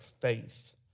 faith